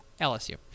LSU